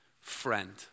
friend